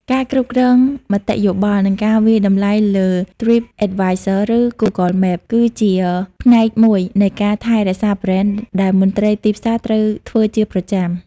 ការគ្រប់គ្រងមតិយោបល់ និងការវាយតម្លៃលើ TripAdvisor ឬ Google Maps គឺជាផ្នែកមួយនៃការថែរក្សាប្រេនដែលមន្ត្រីទីផ្សារត្រូវធ្វើជាប្រចាំ។